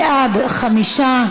בעד, 5,